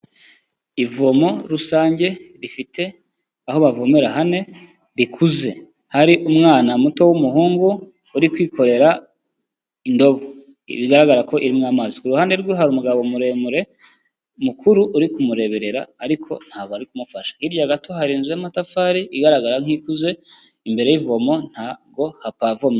Ivomo rusange rifite aho bavomera hane rikuze. Hari umwana muto w'umuhungu uri kwikorera indobo bigaragara ko irimo amazi. Ku ruhande rwe hari umugabo muremure mukuru uri kumureberera ariko ntabwo ari kumufasha. Hirya gato hari inzu y'amatafari igaragara nk'ikuze imbere y'ivomo ntago hapavomye.